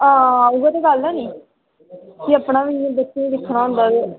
आं उ'ऐ ते गल्ल ऐ निं अपना बी बच्चें ईं दिक्खना होंदा ते